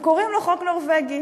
וקוראים לו חוק נורבגי.